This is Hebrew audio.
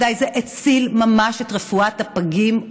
זה הציל ממש את רפואת הפגים.